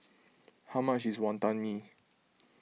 how much is Wonton Mee